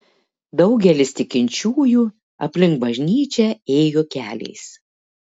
daugelis tikinčiųjų aplink bažnyčią ėjo keliais